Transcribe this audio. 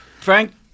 Frank